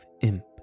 imp